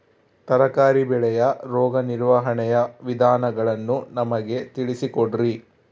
ತರಕಾರಿ ಬೆಳೆಯ ರೋಗ ನಿರ್ವಹಣೆಯ ವಿಧಾನಗಳನ್ನು ನಮಗೆ ತಿಳಿಸಿ ಕೊಡ್ರಿ?